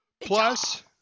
plus